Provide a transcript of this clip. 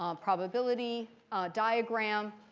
um probability diagram.